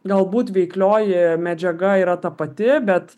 galbūt veiklioji medžiaga yra ta pati bet